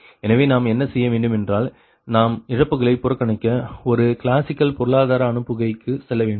எனவே நாம் என்ன செய்ய வேண்டும் என்றால் நாம் இழப்புகளை புறக்கணித்த ஒரு கிளாசிக்கல் பொருளாதார அனுப்புகைக்கு செல்ல வேண்டும்